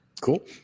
Cool